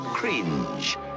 Cringe